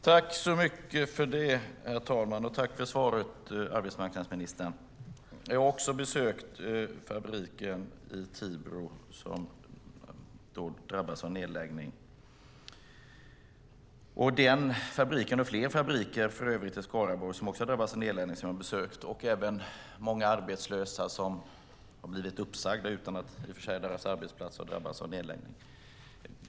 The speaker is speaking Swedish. Herr talman! Tack för svaret, arbetsmarknadsministern! Jag har också besökt fabriken i Tibro som drabbats av nedläggning. Det är för övrigt flera fabriker i Skaraborg som har drabbats av nedläggning som jag har besökt och även besökt många arbetslösa, människor som blivit uppsagda utan att deras arbetsplats har drabbats av nedläggning.